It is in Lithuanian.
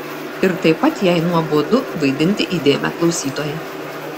ir taip pat jai nuobodu vaidinti įdėmią klausytoją